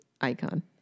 icon